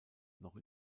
noch